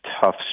tough